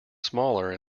smaller